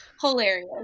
Hilarious